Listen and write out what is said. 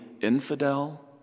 infidel